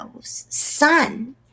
son